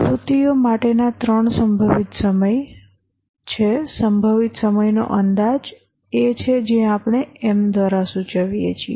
પ્રવૃત્તિઓ માટેના ત્રણ સંભવિત સમય સંભવિત સમયનો અંદાજ એ છે જે આપણે m દ્વારા સૂચવીએ છીએ